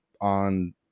on